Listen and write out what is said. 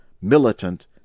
militant